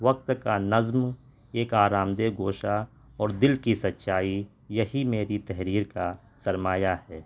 وقت کا نظم ایک آرام دہ گوشہ اور دل کی سچائی یہی میری تحریر کا سرمایہ ہے